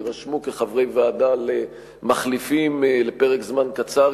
יירשמו כחברי ועדה מחליפים לפרק זמן קצר,